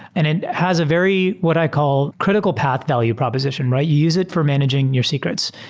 and it has a very what i call, critical path value proposition, right? you use it for managing your secrets.